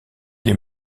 les